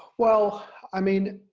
well i mean,